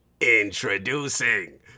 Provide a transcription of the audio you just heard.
Introducing